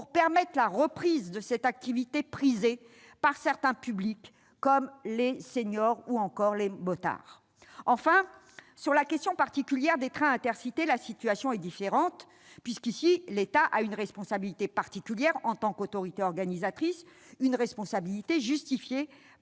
pour permettre la reprise de cette activité prisée par certains publics, tels les seniors ou les motards. Enfin, sur la question particulière des trains Intercités, la situation est différente. En effet, l'État a ici, en tant qu'autorité organisatrice, une responsabilité particulière,